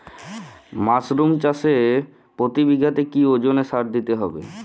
Mushroom চাষে প্রতি বিঘাতে কি ওজনে সার দিতে হবে?